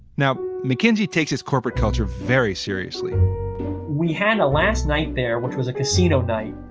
now mckenzie takes his corporate culture very seriously we had a last night there, which was a casino night,